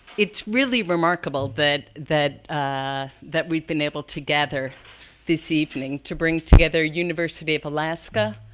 it's really remarkable but that ah that we've been able to gather this evening to bring together university of alaska,